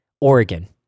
Oregon